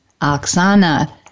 Oksana